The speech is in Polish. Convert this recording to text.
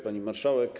Pani Marszałek!